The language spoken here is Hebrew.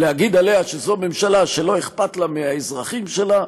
להגיד עליה שזו ממשלה שלא אכפת לה מהאזרחים שלה,